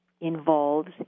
involves